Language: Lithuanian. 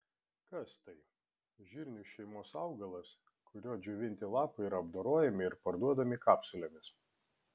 kas tai žirnių šeimos augalas kurio džiovinti lapai yra apdorojami ir parduodami kapsulėmis